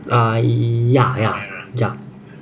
uh ya ya